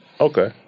Okay